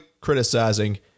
criticizing